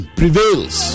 prevails